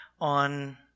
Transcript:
on